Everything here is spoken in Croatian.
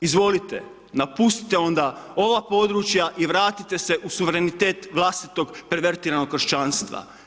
Izvolite napustite onda ova područja i vratite se u suverenitet vlastitog preventiranog kršćanstva.